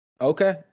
Okay